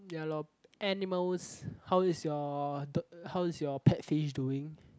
ya lor animals how is your the how is your pet fish doing